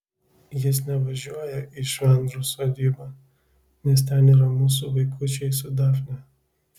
jis nevažiuoja į švendrų sodybą nes ten yra mūsų vaikučiai su dafne